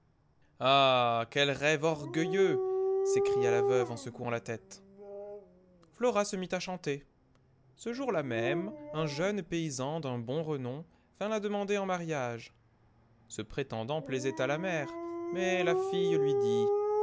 ah quel rêve orgueilleux s'écria la veuve en secouant la tète flora se mit à chanter ce jour-là même un jeune paysan d'un bon renom vint la demander en mariage ce prétendant plaisaitàla mère mais la fille lui dit